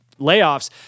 layoffs